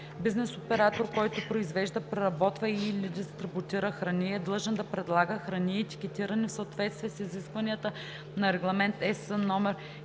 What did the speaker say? Бизнес оператор, който произвежда, преработва и/или дистрибутира храни, е длъжен да предлага храни, етикетирани в съответствие с изискванията на Регламент (ЕС)